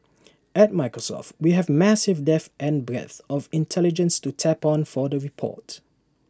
at Microsoft we have massive depth and breadth of intelligence to tap on for the report